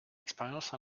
expérience